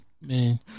man